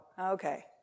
okay